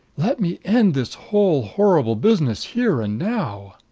let me end this whole horrible business here and now.